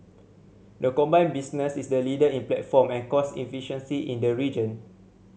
the combined business is the leader in platform and cost efficiency in the region